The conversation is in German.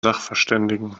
sachverständigen